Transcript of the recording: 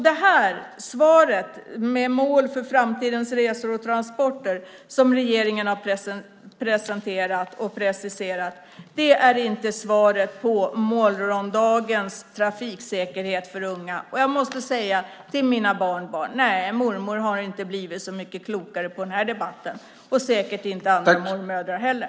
Det svar - detta med mål för framtidens resor och transporter - som regeringen har presenterat och preciserat är inte svaret när det gäller morgondagens trafiksäkerhet för unga. Till mina barnbarn måste jag säga: Nej, mormor har inte blivit så mycket klokare av den här debatten - säkert inte andra mormödrar heller.